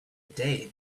day